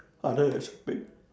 other aspect